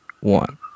one